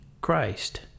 Christ